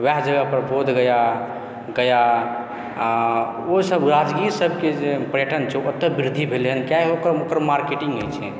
वएह जगह पर बोधगया गया आ ओसभ राजगीरसभके जे पर्यटन छै ओतय वृद्धि भेलय हन किआकि ओकर मार्केटिंग होइत छै